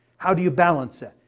how do you balance that?